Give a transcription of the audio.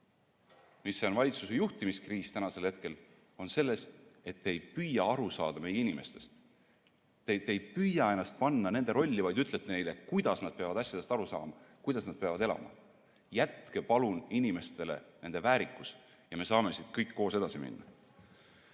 on praegu valitsuse juhtimiskriisis, seisneb selles, et te ei püüa aru saada meie inimestest. Te ei püüa ennast panna nende rolli, vaid ütlete neile, kuidas nad peavad asjadest aru saama, kuidas nad peavad elama. Jätke palun inimestele nende väärikus ja me saame kõik koos edasi minna!